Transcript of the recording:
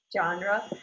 genre